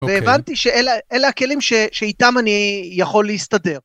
והבנתי שאלה הכלים שאיתם אני יכול להסתדר.